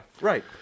Right